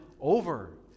over